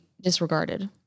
disregarded